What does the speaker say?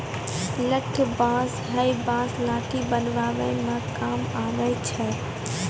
लठ बांस हैय बांस लाठी बनावै म काम आबै छै